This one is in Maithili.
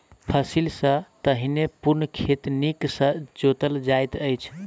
फसिल सॅ पहिने पूर्ण खेत नीक सॅ जोतल जाइत अछि